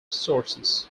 sources